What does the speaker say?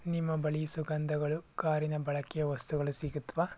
ನಿಮ್ಮ ಬಳಿ ಸುಗಂಧಗಳು ಕಾರಿನ ಬಳಕೆ ವಸ್ತುಗಳು ಸಿಗುತ್ವಾ